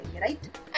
right